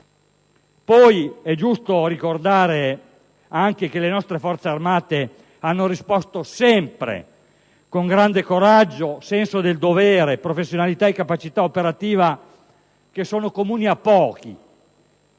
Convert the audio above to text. atto. È giusto ricordare poi che le nostre Forze armate hanno risposto sempre con grande coraggio, senso del dovere, professionalità e capacità operativa, qualità che pochi